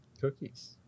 cookies